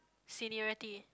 seniority